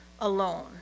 alone